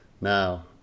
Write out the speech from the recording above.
now